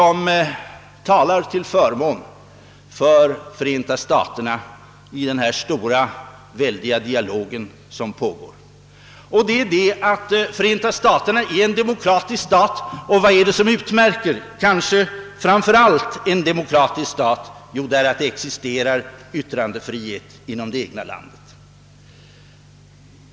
Det finns en sak som talar för Förenta staterna i den väldiga dialog som pågår, och det är att Förenta staterna är en demokratisk stat. Vad är det som kanske framför allt utmärker en demokratisk stat? Jo, att det existerar yttrandefrihet inom det egna landet.